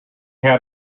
had